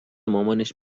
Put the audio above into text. مامانش